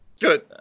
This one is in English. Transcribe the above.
Good